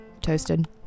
Toasted